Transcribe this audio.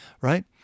right